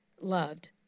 loved